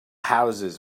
houses